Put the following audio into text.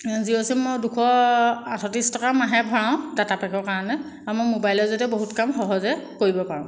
Jio SIM মই দুশ আঠত্ৰিছ টকা মাহে ভৰাওঁ দাতা পেকৰ কাৰণে আৰু মোৰ মোবাইলৰ জৰিয়তে বহুতখিনি কাম সহজে কৰিব পাৰোঁ